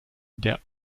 der